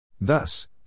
Thus